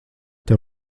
tev